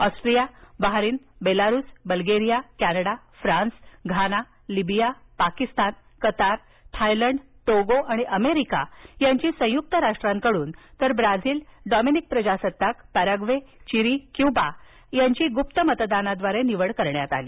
Austria Bahrain Belarus Bulgaria Canada France Ghana Libya Pakistan Qatar Thailand Togo आणि America यांची संयुक्त राष्ट्रांकडून तर ब्राझील डॉमिनिकन प्रजासत्ताक पॅराग्वे चिली क्युबा यांची गुप्त मतदानाद्वारे निवड निवड करण्यात आली